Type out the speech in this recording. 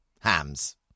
hams